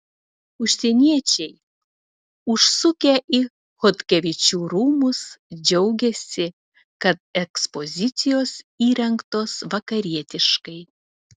užsieniečiai užsukę į chodkevičių rūmus džiaugiasi kad ekspozicijos įrengtos vakarietiškai